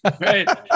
Right